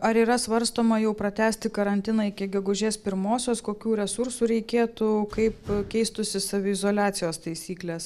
ar yra svarstoma jau pratęsti karantiną iki gegužės pirmosios kokių resursų reikėtų kaip keistųsi saviizoliacijos taisyklės